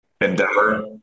Endeavor